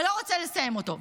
ולא רוצה לסיים אותו,